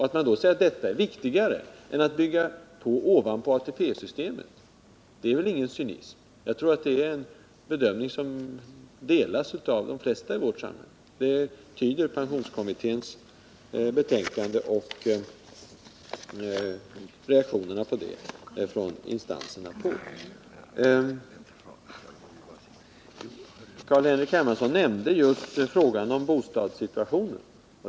Att säga att det är viktigare än att bygga ut ATP-systemet är inte cynism. Jag tror att det är en bedömning som delas av de flesta i vårt samhälle. Det tyder pensionskommitténs betänkande och reaktionerna på det från olika instanser på. Carl-Henrik Hermansson nämnde pensionärernas bostadssituation.